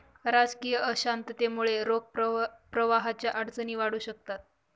राजकीय अशांततेमुळे रोख प्रवाहाच्या अडचणी वाढू शकतात